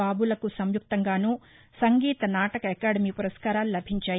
బాబులకు సంయుక్తంగాను సంగీత నాటక అకాదమి పురస్కారాలు లభించాయి